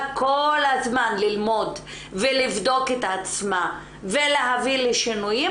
כל הזמן ללמוד ולבדוק את עצמה ולהביא לשינויים,